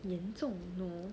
严重 no